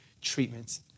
treatments